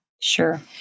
Sure